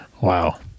Wow